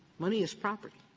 money is property.